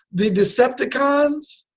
the decepticons?